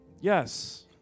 Yes